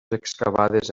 excavades